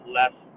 less